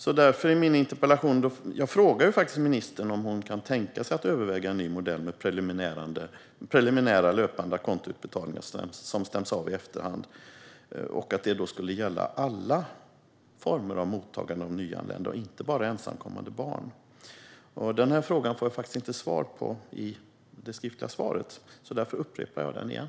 I min interpellation frågar jag faktiskt ministern om hon kan tänka sig att överväga en ny modell med preliminära löpande a conto-utbetalningar som stäms av i efterhand och som gäller alla former av mottagande av nyanlända, inte bara ensamkommande barn. Denna fråga får jag inte svar på i ministerns inledande anförande, och därför upprepar jag den.